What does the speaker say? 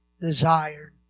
desired